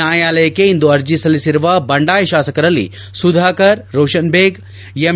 ನ್ಹಾಯಾಲಯಕ್ಕೆ ಇಂದು ಅರ್ಜಿ ಸಲ್ಲಿಸಿರುವ ಬಂಡಾಯ ತಾಸಕರಲ್ಲಿ ಸುಧಾಕರ್ ರೋಷನ್ ಬೇಗ್ ಎಂ